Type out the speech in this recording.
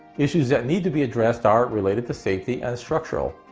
issues that need to be addressed are related to safety and structural.